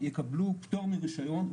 יקבלו פטור מרישיון.